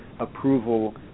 approval